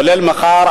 כולל מחר,